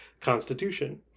Constitution